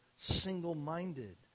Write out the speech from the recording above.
single-minded